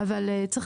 צריך